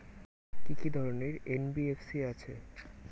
কি কি ধরনের এন.বি.এফ.সি আছে?